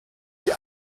die